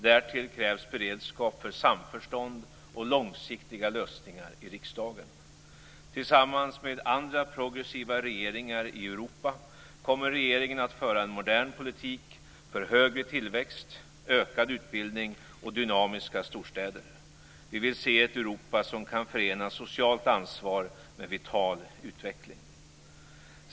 Därtill krävs beredskap för samförstånd och långsiktiga lösningar i riksdagen. Tillsammans med andra progressiva regeringar i Europa kommer regeringen att föra en modern politik för högre tillväxt, ökad utbildning och dynamiska storstäder. Vi vill se ett Europa som kan förena socialt ansvar med vital utveckling.